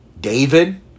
David